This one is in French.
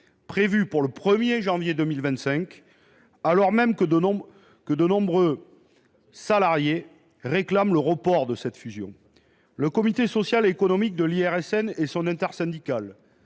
prévue pour le 1 janvier 2025 alors même que de nombreux salariés en réclament le report. Le comité social et économique (CSE) de l’IRSN et son intersyndicale